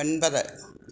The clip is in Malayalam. ഒൻപത്